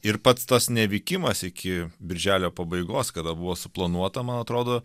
ir pats tas neveikimas iki birželio pabaigos kada buvo suplanuota man atrodo